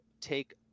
take